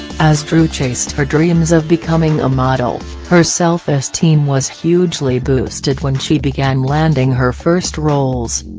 as dru chased her dreams of becoming a model, her self-esteem was hugely boosted when she began landing her first roles.